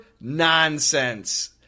nonsense